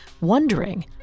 wondering